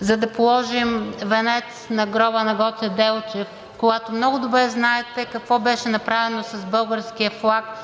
за да положим венец на гроба на Гоце Делчев, когато много добре знаете какво беше направено с българския флаг,